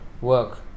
work